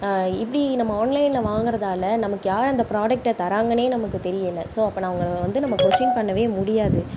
இப்படி நம்ம ஆன்லைனில் வாங்கிறதால நமக்கு யார் அந்த ப்ராடெக்டை தராங்கன்னே நமக்கு தெரியலை ஸோ அப்போ நான் உங்களை வந்து நம்ம கொஷ்ஷீன் பண்ணவே முடியாது